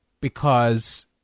because-